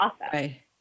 Right